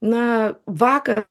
na vaka